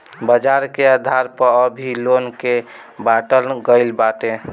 बाजार के आधार पअ भी लोन के बाटल गईल बाटे